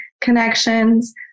connections